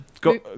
Go